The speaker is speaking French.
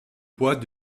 bois